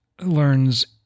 learns